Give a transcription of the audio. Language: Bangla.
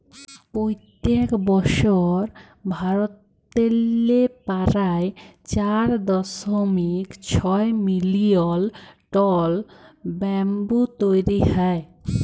পইত্তেক বসর ভারতেল্লে পারায় চার দশমিক ছয় মিলিয়ল টল ব্যাম্বু তৈরি হ্যয়